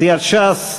סיעת ש"ס,